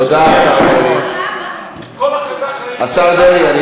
תודה, השר דרעי.